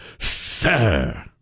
sir